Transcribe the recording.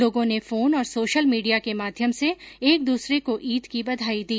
लोगों ने फोन और सोशल मीडिया के माध्यम से एक दूसरे को ईद की बधाई दी